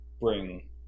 bring